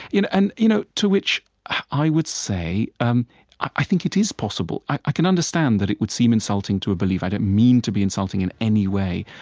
and you know to which i would say um i think it is possible. i can understand that it would seem insulting to a believer. i don't mean to be insulting in any way.